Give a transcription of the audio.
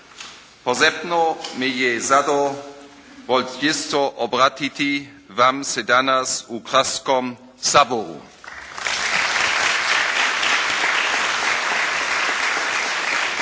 Izuzetno mi je zadovoljstvo obratiti vam se danas u Hrvatskom saboru.